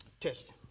Test